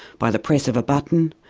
by the press of a button,